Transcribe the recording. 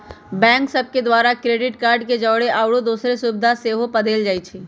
bank सभ के द्वारा क्रेडिट कार्ड के जौरे आउरो दोसरो सुभिधा सेहो पदेल जाइ छइ